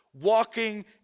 walking